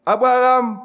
Abraham